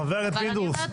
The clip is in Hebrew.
חבר הכנסת פינדרוס,